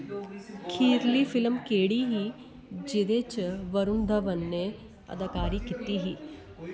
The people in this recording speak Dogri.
खीरली फिल्म केह्ड़ी ही जेह्दे च वरुण धवन ने अदाकारी कीती ही